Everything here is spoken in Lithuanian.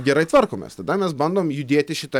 gerai tvarkomės tada mes bandom judėti šita